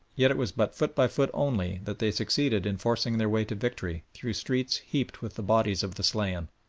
yet it was but foot by foot only that they succeeded in forcing their way to victory through streets heaped with the bodies of the slain.